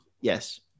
yes